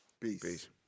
Peace